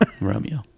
romeo